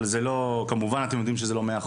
אבל אתם, כמובן, יודעים שזה לא מאה אחוז.